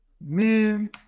Man